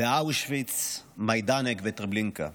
באושוויץ, מיידנק וטרבלינקה".